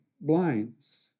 blinds